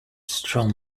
strong